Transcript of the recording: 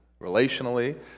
relationally